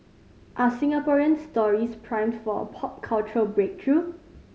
are Singaporean stories primed for a pop cultural breakthrough